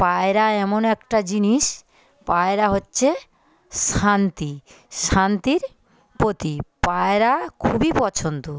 পায়রা এমন একটা জিনিস পায়রা হচ্ছে শান্তি শান্তির প্রতীক পায়রা খুবই পছন্দ